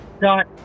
dot